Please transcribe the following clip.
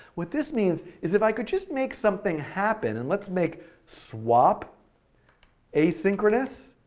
what this means is if i could just make something happen, and let's make swap asynchronous,